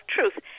Truth